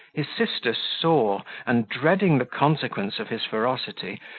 his sister saw, and, dreading the consequence of his ferocity,